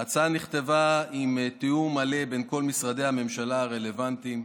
ההצעה נכתבה בתיאום מלא עם כל משרדי הממשלה הרלוונטיים.